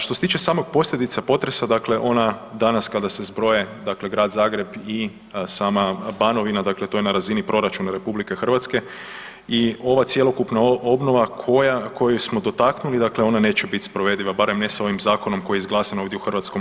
Što se tiče samih posljedica potresa dakle ona danas kada se zbroje dakle Grad Zagreb i sama Banovina, dakle to je na razini proračuna RH i ova cjelokupna obnova koju smo dotaknuli, dakle ona neće bit sprovediva barem ne s ovim zakonom koji je izglasan ovdje u HS.